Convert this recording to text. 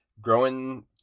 growing